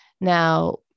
Now